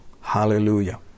Hallelujah